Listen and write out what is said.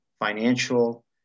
Financial